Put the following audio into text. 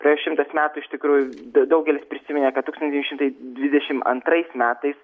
praėjo šimtas metų iš tikrųjų daugelis prisiminė kad tūkstantis devyni šimtai dvidešim antrais metais